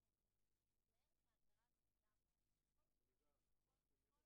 הזוג צריכים לראות מי צריך להיות עם הילד.